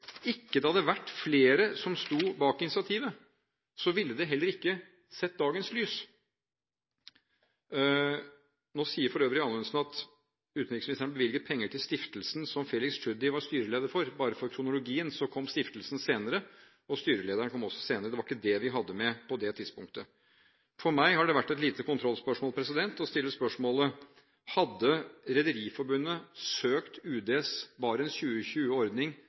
ikke hadde vært flere som sto bak initiativet, ville det heller ikke sett dagens lys. Nå sier for øvrig Anundsen at utenriksministeren bevilger penger til stiftelsen som Felix Tschudi var styreleder for. Bare for å få riktig kronologi så kom stiftelsen senere, og styrelederen kom også senere. Det var ikke det vi hadde med på det tidspunktet. For meg har det vært et lite kontrollspørsmål å stille spørsmålet: Hadde Rederiforbundet søkt